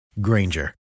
Granger